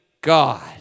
God